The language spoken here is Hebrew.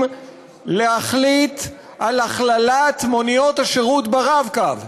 להחליט על הכללת מוניות השירות ב"רב-קו".